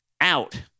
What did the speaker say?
out